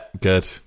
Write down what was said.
Good